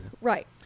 Right